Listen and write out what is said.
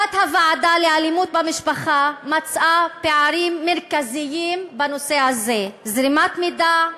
תת-הוועדה לאלימות במשפחה מצאה פערים מרכזיים בנושא הזה: זרימת מידע,